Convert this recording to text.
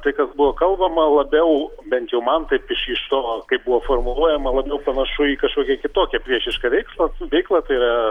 tai kas buvo kalbama labiau bent jau man taip iš iš to kaip buvo formuluojama labiau panašu į kažkokią kitokią priešišką veikslą veiklą tai yra